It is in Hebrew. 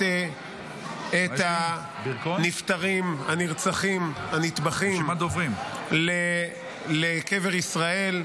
את הנפטרים, הנרצחים, הנטבחים, לקבר ישראל,